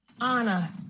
Anna